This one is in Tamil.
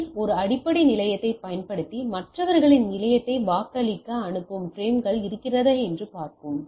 எஃப் ஒரு அடிப்படை நிலையத்தைப் பயன்படுத்தி மற்றவர்களின் நிலையத்தை வாக்களிக்க அனுப்பும் பிரேம்கள் இருக்கிறதா என்று பார்க்கவும்